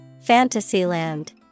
Fantasyland